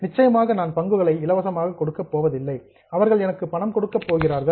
நிச்சயமாக நான் பங்குகளை இலவசமாக கொடுக்கப் போவதில்லை அவர்கள் எனக்கு பணம் கொடுக்க போகிறார்கள்